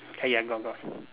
ah ya got brown